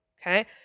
Okay